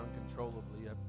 uncontrollably